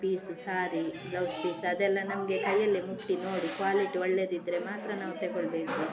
piece sari blouse piece ಅದೆಲ್ಲ ನಮಗೆ ಕೈಯಲ್ಲಿ ಮುಟ್ಟಿ ನೋಡಿ ಕ್ವಾಲಿಟಿ ಒಳ್ಳೆದಿದ್ದರೆ ಮಾತ್ರ ನಾವು ತಗೊಳ್ಬೇಕು